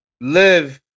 live